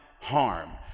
harm